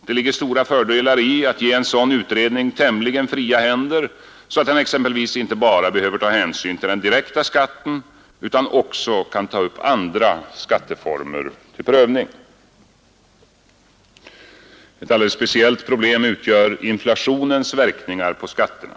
Det ligger stora fördelar i att ge en sådan utredning tämligen fria händer så att den exempelvis inte bara behöver ta hänsyn till den direkta skatten utan också kan ta upp andra skatteformer till prövning. Ett speciellt problem utgör inflationens verkningar på skatterna.